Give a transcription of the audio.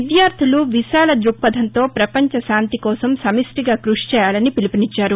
విద్యార్థులు విశాల ద్భక్బధంతో పపంచ శాంతికోసం సమిష్ణిగా కృషి చేయాలని పిలుపునిచ్చారు